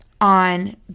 on